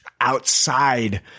outside